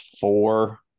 four